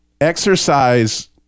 exercise